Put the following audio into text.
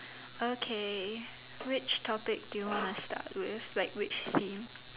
okay which topic do you wanna start with like which theme